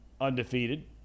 undefeated